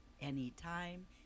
anytime